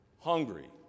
hungry